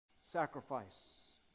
sacrifice